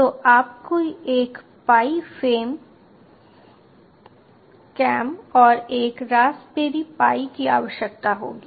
तो आपको एक पाई कैम और एक रास्पबेरी पाई की आवश्यकता होगी